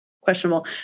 questionable